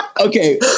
Okay